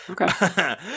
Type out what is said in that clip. Okay